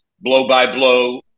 blow-by-blow